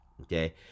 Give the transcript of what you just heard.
Okay